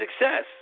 success